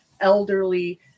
elderly